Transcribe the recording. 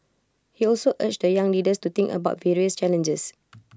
he also urged the young leaders to think about various challenges